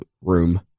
room